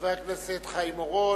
חבר הכנסת חיים אורון,